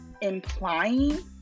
implying